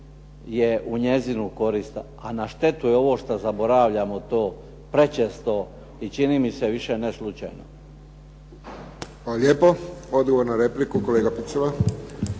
je u njezinu korist, a na štetu je ovo što zaboravljamo to prečesto i čini mi se više ne slučajno. **Friščić, Josip (HSS)** Hvala lijepo. Odgovor na repliku, kolega Picula.